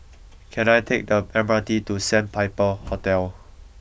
can I take the M R T to Sandpiper Hotel